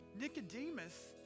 Nicodemus